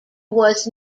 was